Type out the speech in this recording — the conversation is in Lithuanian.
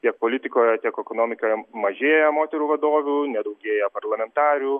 tiek politikoje tiek ekonomikoje mažėja moterų vadovių nedaugėja parlamentarių